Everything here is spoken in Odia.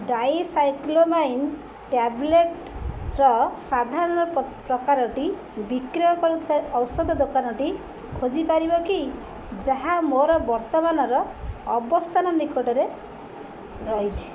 ଡାଇସାଇକ୍ଲୋମାଇନ୍ ଟ୍ୟାବ୍ଲେଟ୍ର ସାଧାରଣ ପ୍ରକାରଟି ବିକ୍ରୟ କରୁଥିବା ଔଷଧ ଦୋକାନଟି ଖୋଜି ପାରିବ କି ଯାହା ମୋର ବର୍ତ୍ତମାନର ଅବସ୍ଥାନ ନିକଟରେ ରହିଛି